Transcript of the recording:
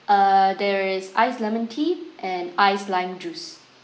uh there is ice lemon tea and ice lime juice